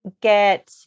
get